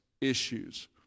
issues